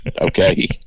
Okay